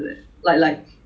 obese ah